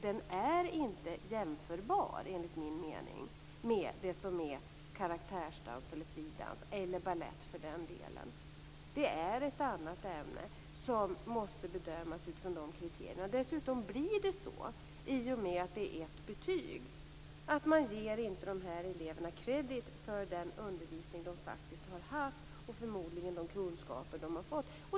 Det är inte jämförbart, enligt min mening, med det som är karaktärsdans eller fri dans, eller balett för den delen. Det är ett annat ämne, som måste bedömas utifrån sina kriterier. Dessutom blir det så, i och med att det är ett betyg, att man inte ger de här eleverna credit för den undervisning de faktiskt har haft och de kunskaper de förmodligen har fått.